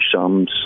sums